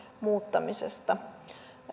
muuttamisesta